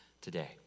today